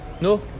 No